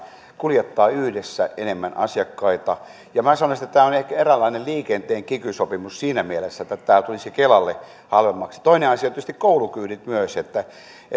kuljettaa yhdessä enemmän asiakkaita sanoisin että tämä on eräänlainen liikenteen kiky sopimus siinä mielessä että tämä tulisi kelalle halvemmaksi toinen asia on tietysti koulukyydit myös